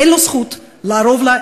אין לו זכות לארוב לה,